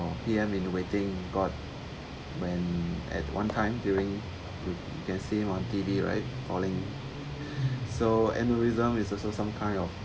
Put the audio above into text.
P_M in the waiting got when at one time during which can see on T_V right falling so aneurysm is also some kind of